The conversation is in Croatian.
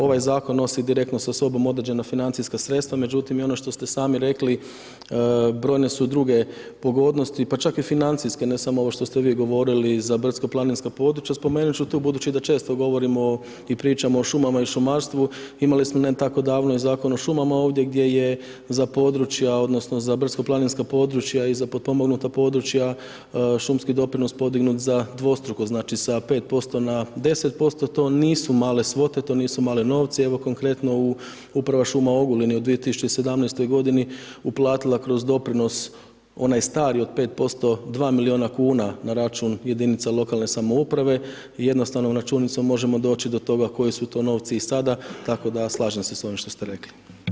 Ovaj zakon nosi direktno sa sobom određena financijska sredstva, međutim i ono što ste sami rekli brojne su druge pogodnosti pa čak i financijske ne samo ovo što ste vi govorili za brdsko-planinska područja, spomenut ću tu budući da često govorimo o i pričamo o šumama i šumarstvu, imali smo ne tako davno i Zakon o šumama ovdje gdje je za područja odnosno za brdsko-planinska područja i za potpomognuta područja šumski doprinos podignut za dvostruko znači sa 5% na 10% to nisu male svote, to nisu mali novci, evo konkretno uprava šuma Ogulin je u 2017. godini uplatila kroz doprinos onaj stari od 5% 2 miliona kuna na račun jedinica lokalne samouprave i jednostavnom računicom možemo doći do toga koji su to novci i sada tako da slažem se s ovim što ste rekli.